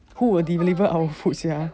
who would deliver our food sia